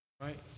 right